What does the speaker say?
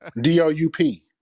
d-o-u-p